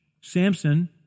Samson